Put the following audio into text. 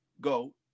go